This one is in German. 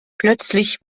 plötzlich